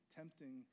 tempting